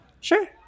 sure